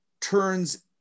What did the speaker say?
turns